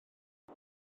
mae